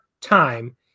time